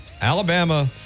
Alabama